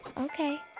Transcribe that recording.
Okay